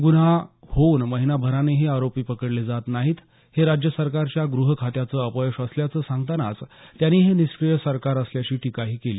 गुन्हा होऊन महिनाभरानेही आरोपी पकडले जात नाहीत हे राज्य सरकारच्या गृहखात्याचं अपयश असल्याचं सांगतानाच त्यांनी हे निष्क्रीय सरकार असल्याची टीकाही केली